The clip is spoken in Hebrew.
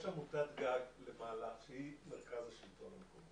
יש עמותת גג למעלה שהיא מרכז השלטון המקומי,